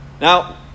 Now